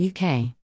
UK